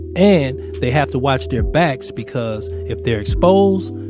and they have to watch their backs because if they're exposed,